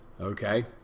Okay